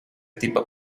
tipo